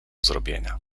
zrobienia